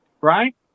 right